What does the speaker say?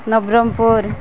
Nabarangpur